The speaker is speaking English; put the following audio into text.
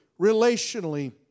relationally